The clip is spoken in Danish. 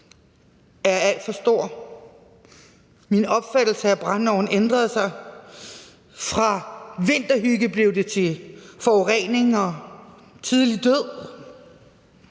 er alt for stor. Min opfattelse af brændeovne ændrede sig. Fra vinterhygge blev det til forurening og tidlig død.